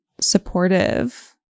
supportive